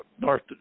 North